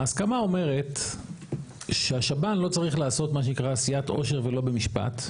ההסכמה אומרת שהשב"ן לא צריך לעשות מה שנקרא עשיית עושר ולא במשפט.